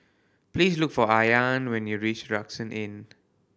please look for Ayaan when you reach Rucksack Inn